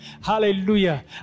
hallelujah